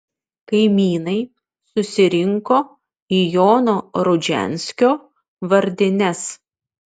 kaimynai susirinko į jono rudžianskio vardines